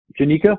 Janika